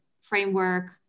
framework